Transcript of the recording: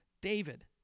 David